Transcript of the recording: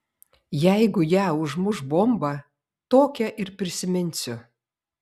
jeigu ją užmuš bomba tokią ir prisiminsiu